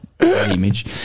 image